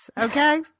okay